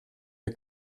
wir